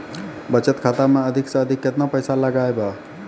बचत खाता मे अधिक से अधिक केतना पैसा लगाय ब?